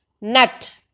Nut